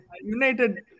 United